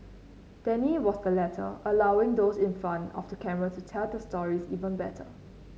Danny was the latter allowing those in front of the camera to tell their stories even better